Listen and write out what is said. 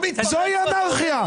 זוהי אנרכיה.